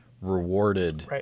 rewarded